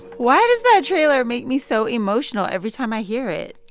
why does that trailer make me so emotional every time i hear it?